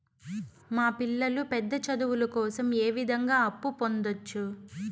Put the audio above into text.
మా పిల్లలు పెద్ద చదువులు కోసం ఏ విధంగా అప్పు పొందొచ్చు?